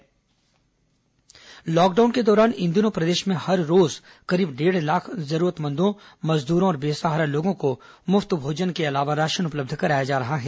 corona भोजन वितरण lockdown के दौरान इन दिनों प्रदेश में हर रोज करीब डेढ़ लाख जरूरतमंदों मजदूरों और बेसहारा लोगों को मुफ्त भोजन के अलावा राशन उपलब्ध कराया जा रहा है